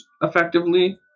effectively